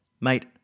Mate